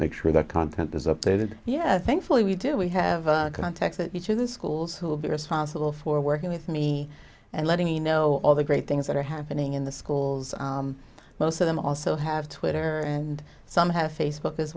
make sure that content is updated yet thankfully we do we have a context at each of the schools who will be responsible for working with me and letting me know all the great things that are happening in the schools most of them also have twitter and some have facebook as